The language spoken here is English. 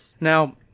Now